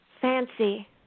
fancy